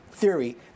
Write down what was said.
theory